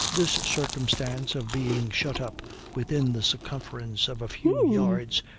this circumstance of being shut up within the circumference of a few yards,